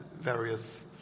various